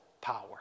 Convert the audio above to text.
power